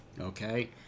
Okay